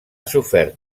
sofert